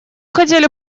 хотели